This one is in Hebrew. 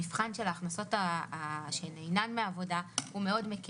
המבחן של ההכנסות שאינן מעבודה הוא מקל מאוד.